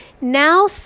Now